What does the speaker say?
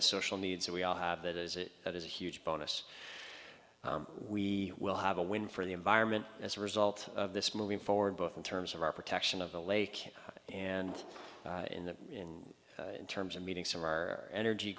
the social needs that we all have that is it that is a huge bonus we will have a win for the environment as a result of this moving forward both in terms of our protection of the lake and in terms of meeting some our energy